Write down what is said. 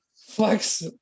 Flex